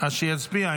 אז שיצביע.